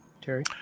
Terry